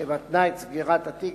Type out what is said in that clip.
שמתנה את סגירת התיק